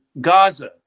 Gaza